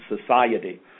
society